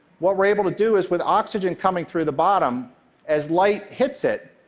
what we're able to do is, with oxygen coming through the bottom as light hits it,